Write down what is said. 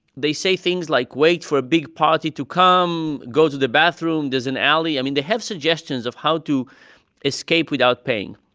they say things like, wait for a big party to come. go to the bathroom. there's an alley. i mean, they have suggestions of how to escape without paying.